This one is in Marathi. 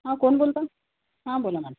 हां कोण बोलता हां बोला मॅम